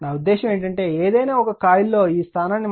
నా ఉద్దేశ్యం ఏమిటంటే ఏదయినా ఒక కాయిల్లో ఈ స్థానాన్ని మార్చండి